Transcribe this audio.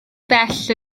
bell